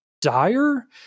dire